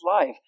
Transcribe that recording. life